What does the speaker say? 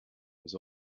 was